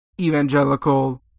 evangelical